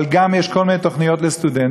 אבל גם יש כל מיני תוכניות לסטודנטים.